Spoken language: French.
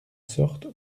sorte